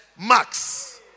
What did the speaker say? Max